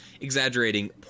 exaggerating